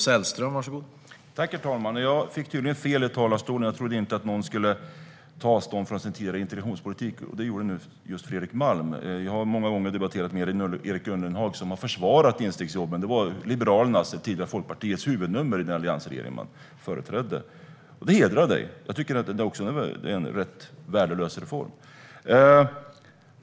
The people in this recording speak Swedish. Herr talman! Jag hade tydligen fel i talarstolen. Jag trodde inte att någon skulle ta avstånd från sin tidigare integrationspolitik, men det gjorde nu Fredrik Malm. Jag har många gånger debatterat med Erik Ullenhag som har försvarat instegsjobben. Det var Liberalernas, tidigare Folkpartiets, huvudnummer i den alliansregering man företrädde. Detta hedrar Fredrik Malm. Jag tycker också att det är en rätt värdelös reform.